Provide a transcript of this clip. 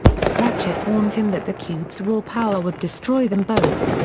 ratchet warns him that the cube's raw power would destroy them both.